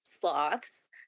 sloths